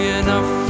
enough